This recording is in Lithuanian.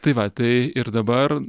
tai va tai ir dabar